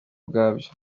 ubwabyo